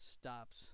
stops